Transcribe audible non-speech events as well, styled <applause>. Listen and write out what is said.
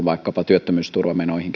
<unintelligible> vaikkapa työttömyysturvamenoihin <unintelligible>